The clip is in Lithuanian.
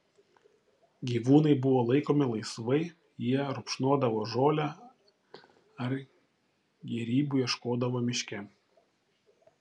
gyvūnai buvo laikomi laisvai jie rupšnodavo žolę ar gėrybių ieškodavo miške